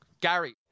Gary